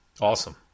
Awesome